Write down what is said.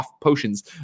potions